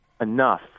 enough